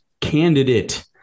candidate